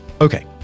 Okay